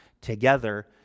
together